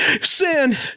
Sin